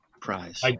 prize